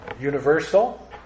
universal